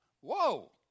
Whoa